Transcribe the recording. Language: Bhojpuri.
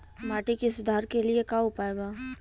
माटी के सुधार के लिए का उपाय बा?